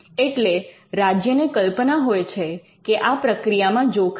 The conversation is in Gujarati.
એટલે રાજ્યને કલ્પના હોય છે કે આ પ્રક્રિયામાં જોખમ છે